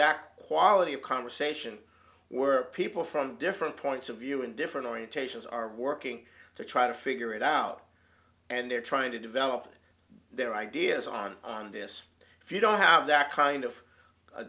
that quality of conversation were people from different points of view and different orientations are working to try to figure it out and they're trying to develop their ideas on on this if you don't have that kind of a